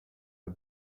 the